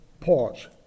pause